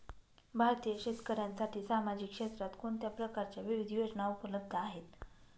भारतीय शेतकऱ्यांसाठी सामाजिक क्षेत्रात कोणत्या प्रकारच्या विविध योजना उपलब्ध आहेत?